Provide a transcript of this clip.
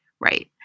Right